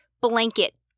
blanket